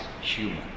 human